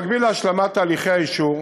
במקביל להשלמת תהליכי האישור,